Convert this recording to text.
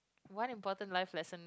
one important life lesson